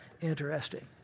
interesting